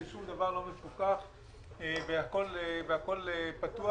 ששום דבר לא מפוקח והכול פתוח.